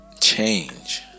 change